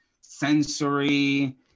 sensory